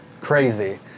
crazy